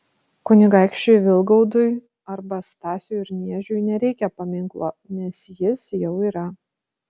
kunigaikščiui vilgaudui arba stasiui urniežiui nereikia paminklo nes jis jau yra